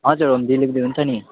हजुर home delivery हुन्छ नि